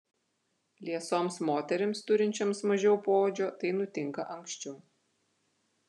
liesoms moterims turinčioms mažiau poodžio tai nutinka anksčiau